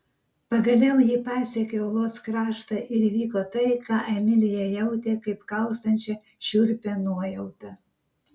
pagaliau ji pasiekė uolos kraštą ir įvyko tai ką emilija jautė kaip kaustančią šiurpią nuojautą